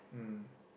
mm